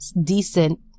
decent